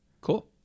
Cool